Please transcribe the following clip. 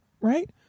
right